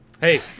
Hey